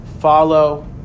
Follow